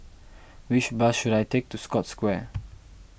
which bus should I take to Scotts Square